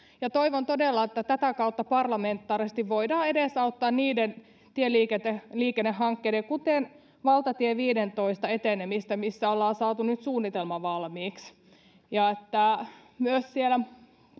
ja toivon todella että tätä kautta parlamentaarisesti voidaan edesauttaa niiden tieliikennehankkeiden kuten valtatie viidentoista etenemistä missä on saatu nyt suunnitelma valmiiksi ja että myös siellä